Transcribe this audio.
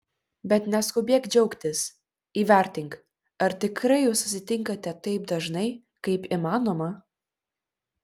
bet neskubėk džiaugtis įvertink ar tikrai jūs susitinkate taip dažnai kaip įmanoma